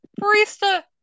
Barista